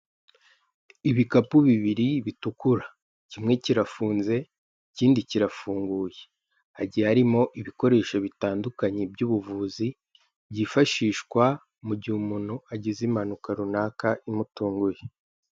Ibikapu bibiri bitukura. Kimwe kirafunze, ikindi kirafunguye. Hagiye harimo ibikoresho bitandukanye by'ubuvuzi, byifashishwa mu gihe umuntu agize impanuka runaka imutunguye.